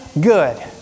good